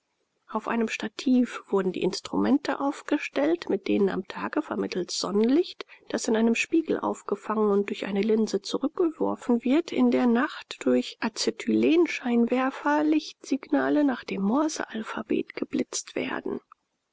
auf einem stativ wurden die instrumente aufgestellt mit denen am tage vermittelst sonnenlicht das in einem spiegel aufgefangen und durch eine linse zurückgeworfen wird in der nacht durch azetylenscheinwerfer lichtsignale nach dem morsealphabet geblitzt werden